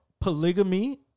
polygamy